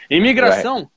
Imigração